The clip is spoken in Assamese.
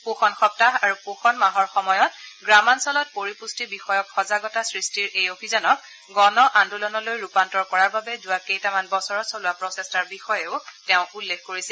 পোষণ সপ্তাহ আৰু পোষণ মাহৰ সময়ত গ্ৰামাঞ্চলত পৰিপুষ্টি বিষয়ক সজাগতা সৃষ্টিৰ এই অভিযানত গণ আন্দোলনলৈ ৰূপান্তৰ কৰাৰ বাবে যোৱা কেইটামান বছৰত চলোৱা প্ৰচেষ্টাৰ বিষয়েও তেওঁ উল্লেখ কৰিছিল